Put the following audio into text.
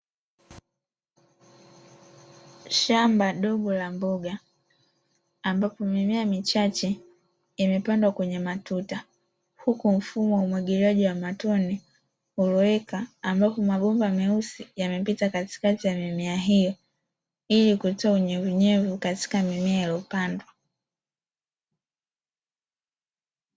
Shamba dogo la mboga ambapo mimea michache imepandwa kwenye matuta huku mfumo wa umwagiliaji wa matone uliweka ambapo mabomba meusi yamepita katikati ya mimea hiyo, ili kutoa unyevunyevu katika mimea ya upandwa.